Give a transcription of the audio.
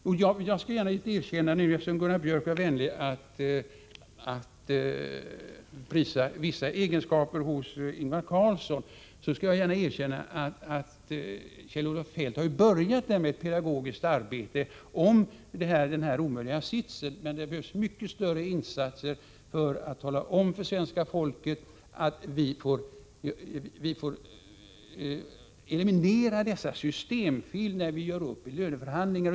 Eftersom Gunnar Biörck i Värmdö var vänlig nog att påpeka vissa goda egenskaper hos statsrådet Ingvar Carlsson, skall jag gärna erkänna att Kjell-Olof Feldt har börjat med ett pedagogiskt arbete i fråga om den här omöjliga sitsen. Men det behövs mycket större insatser för att tala om för svenska folket att vi måste eliminera dessa systemfel när det gäller löneförhandlingar.